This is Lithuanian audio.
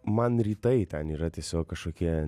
man rytai ten yra tiesiog kažkokie